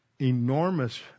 enormous